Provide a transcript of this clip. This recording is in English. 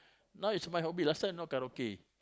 now is my hobby lah last time not karaoke